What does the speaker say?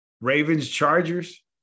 Ravens-Chargers